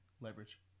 Leverage